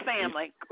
family